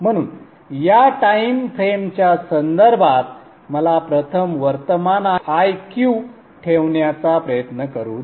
म्हणून या टाइम फ्रेम्सच्या संदर्भात मला प्रथम वर्तमान Iq ठेवण्याचा प्रयत्न करु द्या